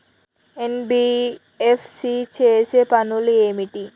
NBFC చేసే పనులు ఏమిటి?